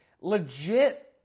legit